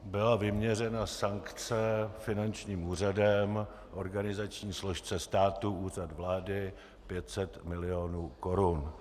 Byla vyměřena sankce finančním úřadem organizační složce státu Úřad vlády 500 milionů korun.